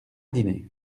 dîner